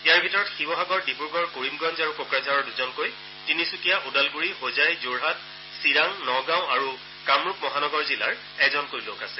ইয়াৰে ভিতৰত শিৱসাগৰ ডিব্ৰুগড় কৰিমগঞ্জ আৰু কোকৰাঝাৰৰ দুজনকৈ তিনিচুকীয়া ওদালগুৰি হোজাই যোৰহাট চিৰাং নগাঁও আৰু কামৰূপ মহানগৰ জিলাৰ এজনকৈ লোক আছে